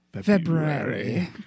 February